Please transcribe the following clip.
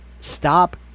Stop